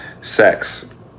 sex